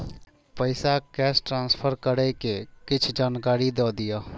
पैसा cash transfer करऐ कि कुछ जानकारी द दिअ